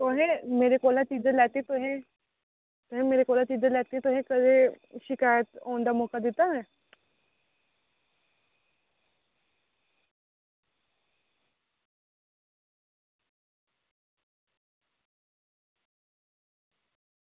तुसें मेरे कोला चीज़ां लैतियां तुसें कदें तुसें मेरे कोला चीज़ां लैतियां तुसें में शकैत दा मौका दित्ता कदें में